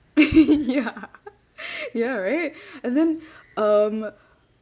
ya ya right and then um